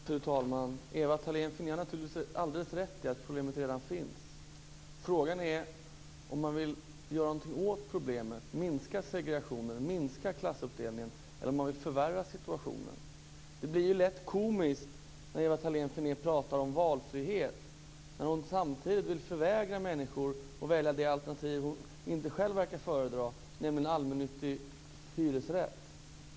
Fru talman! Ewa Thalén Finné har naturligtvis alldeles rätt i att problemet redan finns. Frågan är om man vill göra någonting åt problemet, minska segregationen och minska klassuppdelningen, eller om man vill förvärra situationen. Det blir lätt komiskt när Ewa Thalén Finné pratar om valfrihet när hon samtidigt vill förvägra människor att välja det alternativ hon inte själv verkar föredra, nämligen allmännyttig hyresrätt.